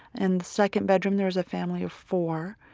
and the second bedroom there was a family of four.